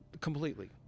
completely